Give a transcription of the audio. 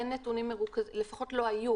אין או לא לפחות לא היו,